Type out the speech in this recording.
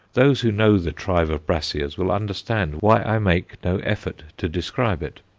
those who know the tribe of brassias will understand why i make no effort to describe it.